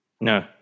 No